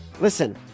Listen